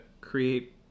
create